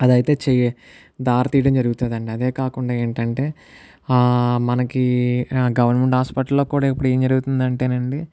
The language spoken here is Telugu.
అది అయితే చే దారి తీయడం జరుగుతుంది అండి అదే కాకుండా ఏంటంటే మనకి గవర్నమెంట్ హాస్పిటల్ లో కూడా ఇప్పుడు ఏం జరుగుతుంది అంటే నండి